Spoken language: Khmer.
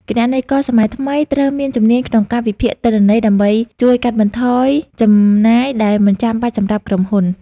គណនេយ្យករសម័យថ្មីត្រូវមានជំនាញក្នុងការវិភាគទិន្នន័យ ដើម្បីជួយកាត់បន្ថយចំណាយដែលមិនចាំបាច់សម្រាប់ក្រុមហ៊ុន។